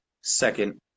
second